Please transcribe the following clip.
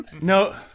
No